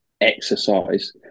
exercise